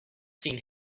seen